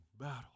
battle